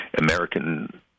American